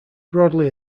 broadly